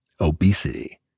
Obesity